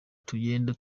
tugenda